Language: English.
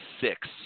six